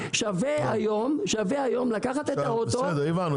שווה היום לקחת את האוטו --- הבנו,